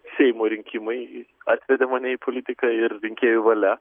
seimo rinkimai atvedė mane į politiką ir rinkėjų valia